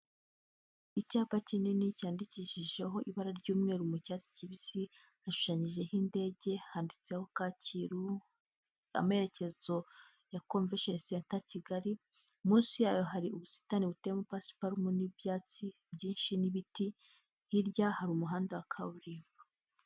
Icyapa kinini cyandikishijeho ibara ry'umweru mu cyatsi kibisi, hashushanyijeho indege, handitseho Kacyiru, amerekezo ya convention center Kigali, munsi yayo hari ubusitani buteyemo pasiparume n'ibyatsi byinshi n'ibiti, hirya hari umuhanda wa kaburimbo.